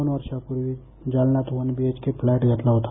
दोन वर्षापूवी जालन्यात वन बीएचके फ्लॅट घेतला होता